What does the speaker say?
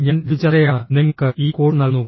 ഞാൻ രവിചന്ദ്രയാണ് നിങ്ങൾക്ക് ഈ കോഴ്സ് നൽകുന്നു